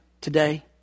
today